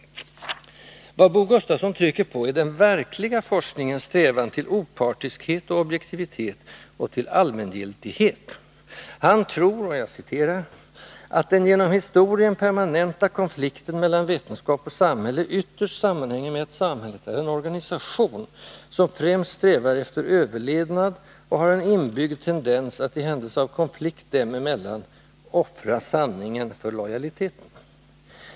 Vad Bo Gustafsson trycker på är den verkliga forskningens strävan till opartiskhet och objektivitet, och till allmängiltighet. Han tror att den genom historien permanenta konflikten mellan vetenskap och samhälle ytterst sammanhänger med att samhället är en organisation, som främst strävar efter överlevnad och har en inbyggd tendens att i händelse av konflikt dem emellan ”offra sanningen för lojaliteten”.